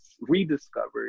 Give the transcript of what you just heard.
rediscovered